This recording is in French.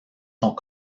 sont